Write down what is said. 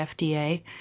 FDA